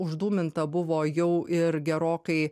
uždūminta buvo jau ir gerokai